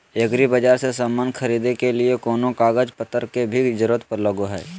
एग्रीबाजार से समान खरीदे के लिए कोनो कागज पतर के भी जरूरत लगो है?